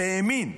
והאמין,